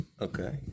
Okay